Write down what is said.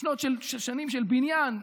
שנים של בניין ולמידה.